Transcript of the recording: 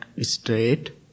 straight